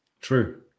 True